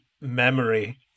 memory